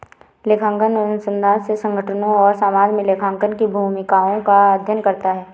लेखांकन अनुसंधान ने संगठनों और समाज में लेखांकन की भूमिकाओं का अध्ययन करता है